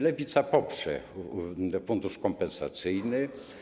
Lewica poprze fundusz kompensacyjny.